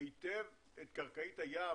היטב את קרקעית הים